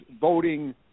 voting